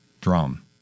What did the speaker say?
drum